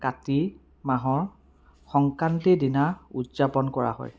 কাতি মাহৰ সংক্ৰান্তিৰ দিনা উদযাপন কৰা হয়